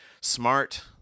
smart